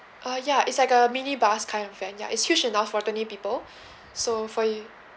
uh ya it's like a minibus caravan ya it's huge enough for twenty people so for you